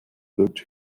wirkte